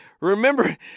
Remember